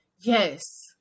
yes